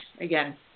again